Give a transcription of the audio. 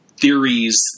theories